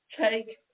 take